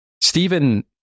Stephen